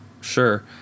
Sure